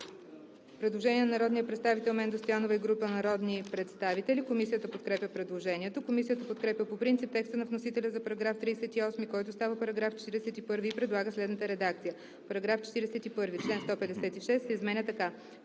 предложение от народния представител Менда Стоянова и група народни представители. Комисията подкрепя предложението. Комисията подкрепя по принцип текста на вносителя за § 43, който става § 46 и предлага следната редакция: „§ 46. Член 159 се изменя така: